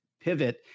pivot